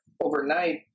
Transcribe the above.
overnight